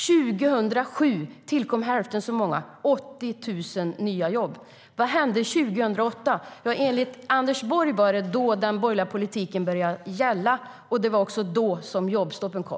År 2007 tillkom hälften så många, det vill säga 80 000 nya jobb. Vad hände 2008? Enligt Anders Borg var det då den borgerliga politiken började gälla, och det var också då som jobbstoppen kom.